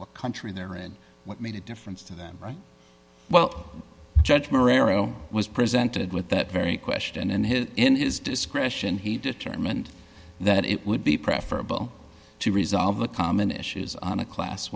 what country they're in what made a difference to them well judge marino was presented with that very question in his in his discretion he determined that it would be preferable to resolve the common issues on a class